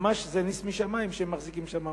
ממש זה נס משמים שהם מחזיקים שם מעמד.